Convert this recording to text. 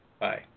Bye